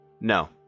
No